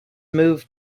move